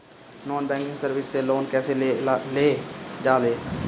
Non banking service से loan कैसे लेल जा ले?